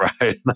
Right